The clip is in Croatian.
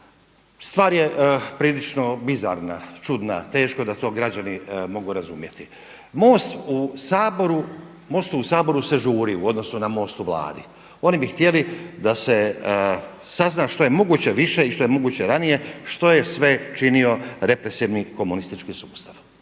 Stvar je prilično bizarna, čudna, teško da to građani mogu razumjeti. MOST-u u Saboru se žuri u odnosu na MOST u Vladi, oni bi htjeli da se sazna što je moguće više i što je moguće ranije što je sve činio represivni komunistički sustav.